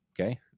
okay